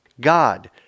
God